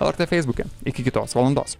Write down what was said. lrt feisbuke iki kitos valandos